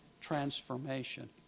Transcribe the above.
transformation